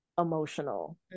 emotional